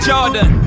Jordan